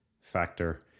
factor